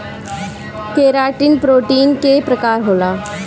keratin protein के प्रकार होला